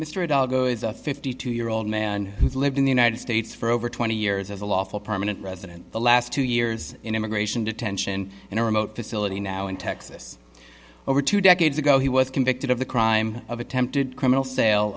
algo is a fifty two year old man who lived in the united states for over twenty years as a lawful permanent resident the last two years in immigration detention in a remote facility now in texas over two decades ago he was convicted of the crime of attempted criminal sale